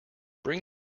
bring